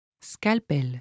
Scalpel